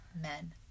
Men